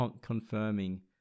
confirming